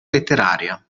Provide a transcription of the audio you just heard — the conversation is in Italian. letteraria